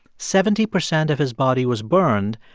seventy percent of his body was burned,